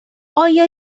آیا